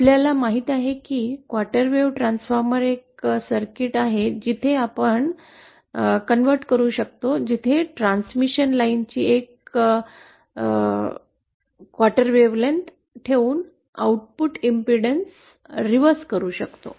आपल्याला माहित आहे की क्वार्टर वेव्ह ट्रान्सफॉर्मर एक सर्किट आहे जिथे आपण रूपांतरित करू शकतो जेथे ट्रान्समिशन लाईनची एक चतुर्थांश तरंगलांबी ठेवून आउटपुट इम्पेडन्स रिव्हर्स करू शकतो